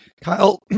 Kyle